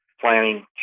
planning